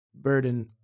Burden